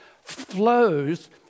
flows